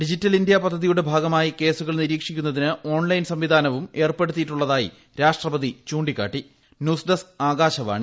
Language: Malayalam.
ഡിജിറ്റൽ ഇന്ത്യ പദ്ധതിയുടെ ഭാഗമായി കേസുകൾ നിരീക്ഷിക്കുന്നതിന് ഓൺലൈൻ സംവിധാനവും ഏർപ്പെടുത്തിയിട്ടുളളതായി രാഷ്ട്രപതി ചൂ ന്യൂസ് ഡെസ്ക് ആകാശവാണി